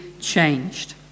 changed